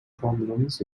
problems